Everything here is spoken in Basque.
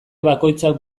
bakoitzak